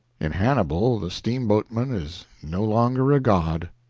in hannibal the steamboatman is no longer a god.